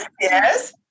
yes